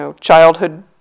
childhood